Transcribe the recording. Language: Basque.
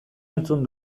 entzun